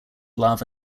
love